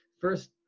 First